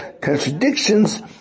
contradictions